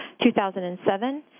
2007